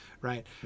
right